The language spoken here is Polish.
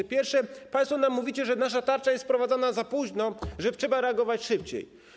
Po pierwsze, państwo nam mówicie, że nasza tarcza jest wprowadzana za późno, że trzeba reagować szybciej.